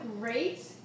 great